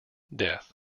death